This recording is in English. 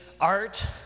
art